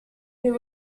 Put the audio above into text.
who